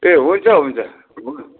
ए हुन्छ हुन्छ